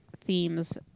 themes